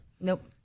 Nope